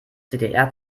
ddr